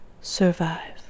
Survive